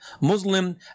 Muslim